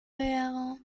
wäre